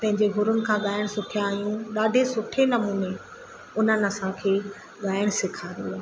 पंहिंजे गुरुअनि खां ॻाइणु सिखिया आहियूं ॾाढे सुठे नमूने उन्हनि असांखे ॻाइणु सेखारियो